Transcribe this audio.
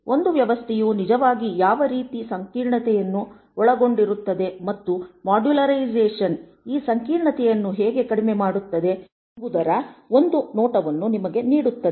ಒಂದು ವ್ಯವಸ್ಥೆಯು ನಿಜವಾಗಿ ಯಾವ ರೀತಿಯ ಸಂಕೀರ್ಣತೆಯನ್ನು ಒಳಗೊಂಡಿರುತ್ತದೆ ಮತ್ತು ಮಾಡ್ಯುಲರೈಸೇಶನ್ ಈ ಸಂಕೀರ್ಣತೆಯನ್ನು ಹೇಗೆ ಕಡಿಮೆ ಮಾಡುತ್ತದೆ ಎಂಬುದರ ಒಂದು ನೋಟವನ್ನು ನಿಮಗೆ ನೀಡುತ್ತದೆ